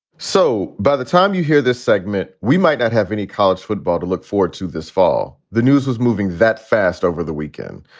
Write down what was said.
so by the time you hear this segment, we might not have any college football to look forward to this fall. the news was moving very fast over the weekend.